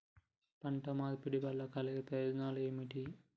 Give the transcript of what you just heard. పంట మార్పిడి వల్ల కలిగే ప్రయోజనాలు ఏమిటి?